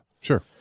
Sure